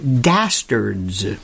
dastards